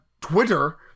Twitter